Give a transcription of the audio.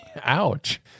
ouch